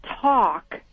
talk